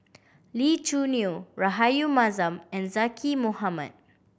Lee Choo Neo Rahayu Mahzam and Zaqy Mohamad